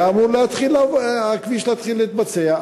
היה אמור הכביש להתחיל להתבצע.